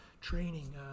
training